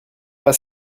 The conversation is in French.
pas